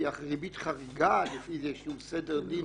כי ריבית חריגה לפי איזשהו סדר דין